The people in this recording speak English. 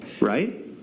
right